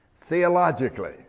Theologically